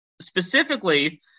specifically